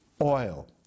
oil